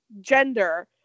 gender